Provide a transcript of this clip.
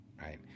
right